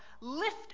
lift